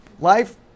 Life